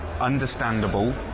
understandable